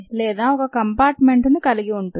లేదా ఒక కంపార్ట్మెంట్ను కలిగి ఉంటుంది